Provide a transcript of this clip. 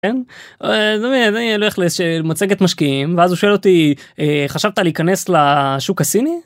כן, ואני הולך למצגת משקיעים ואז הוא שואל אותי חשבת להיכנס לשוק הסיני?